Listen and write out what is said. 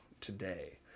Today